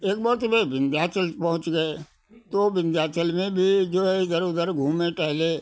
एक बार तो मैं विन्ध्याचल पहुँच गए तो विन्ध्याचल में भी जो है इधर उधर घूमें टहले